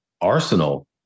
arsenal